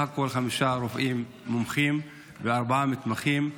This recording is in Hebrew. הכול חמישה רופאים מומחים וארבעה מתמחים.